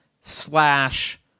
slash